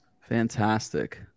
Fantastic